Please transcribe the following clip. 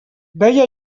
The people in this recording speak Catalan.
veia